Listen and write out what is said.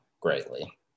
greatly